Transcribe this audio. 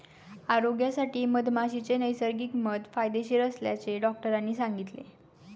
आरोग्यासाठी मधमाशीचे नैसर्गिक मध फायदेशीर असल्याचे डॉक्टरांनी सांगितले